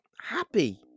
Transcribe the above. happy